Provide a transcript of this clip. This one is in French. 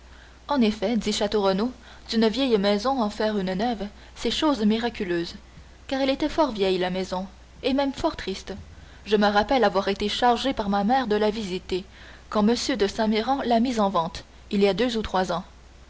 en effet dit château renaud d'une vieille maison en faire une neuve c'est chose miraculeuse car elle était fort vieille la maison et même fort triste je me rappelle avoir été chargé par ma mère de la visiter quand m de saint méran l'a mise en vente il y a deux ou trois ans